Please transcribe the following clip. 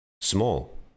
small